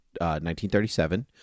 1937